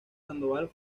sandoval